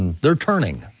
they're turning.